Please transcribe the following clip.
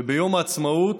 וביום העצמאות,